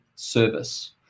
service